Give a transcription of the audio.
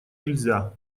нельзя